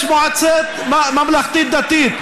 יש ממלכתי-דתי,